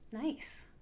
Nice